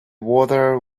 water